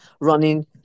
running